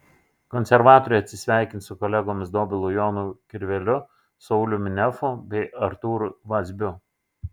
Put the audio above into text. konservatoriai atsisveikins su kolegomis dobilu jonu kirveliu sauliumi nefu bei artūru vazbiu